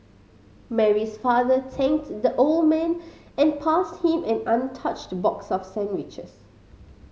Mary's father thanked the old man and passed him an untouched box of sandwiches